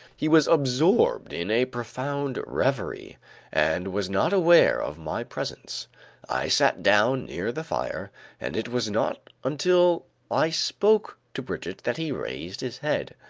he was absorbed in a profound reverie and was not aware of my presence i sat down near the fire and it was not until i spoke to brigitte that he raised his head.